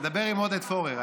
תדבר עם עודד פורר.